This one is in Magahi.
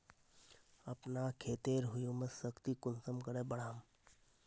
अपना खेतेर ह्यूमस शक्ति कुंसम करे बढ़ाम?